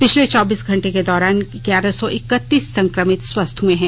पिछले चौबीस घंटे के दौरान ग्यारह सौ इकतीस संक्रमित स्वस्थ हुए हैं